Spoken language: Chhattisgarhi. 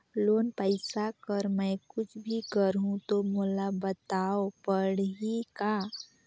लोन पइसा कर मै कुछ भी करहु तो मोला बताव पड़ही का?